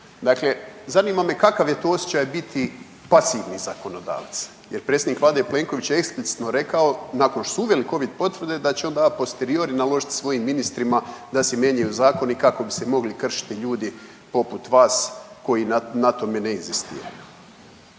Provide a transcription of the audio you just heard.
Dakle, zanima me kakav je to osjećaj biti pasivni zakonodavac jer predsjednik vlade Plenković je eksplicitno rekao nakon što su uveli Covid potvrde da će on davat posteriori naložit svojim ministrima da se mijenjaju zakoni kako bi se mogli kršiti ljudi poput vas koji na tome ne inzistiraju.